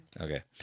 Okay